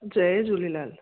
Jay Jhulelal